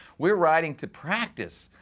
we were riding to practice.